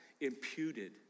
Imputed